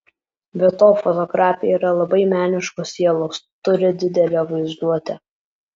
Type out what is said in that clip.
be to fotografė yra labai meniškos sielos turi didelę vaizduotę